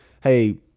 hey